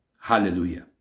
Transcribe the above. Hallelujah